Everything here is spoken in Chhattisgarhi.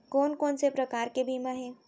कोन कोन से प्रकार के बीमा हे?